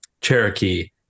cherokee